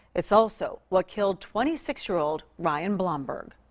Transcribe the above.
it's also what killed twenty six year-old ryan blomberg